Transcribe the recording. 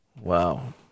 Wow